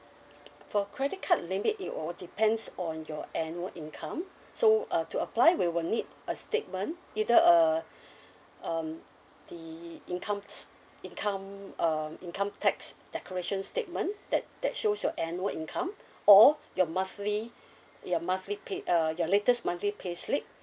for credit card limit it all depends on your annual income so uh to apply we will need a statement either uh um the income s~ income um income tax declaration statement that that shows your annual income or your monthly your monthly pay uh your latest monthly payslip